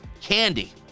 candy